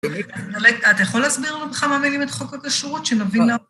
אתה יכול להסביר לנו בכמה מילים את חוק הכשרות, שנבין...